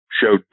showed